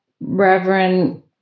Reverend